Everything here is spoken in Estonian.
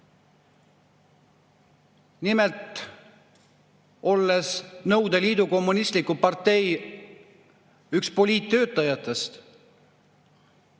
Nimelt, olles Nõukogude Liidu Kommunistliku Partei üks poliittöötajatest,